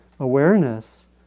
awareness